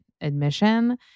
admission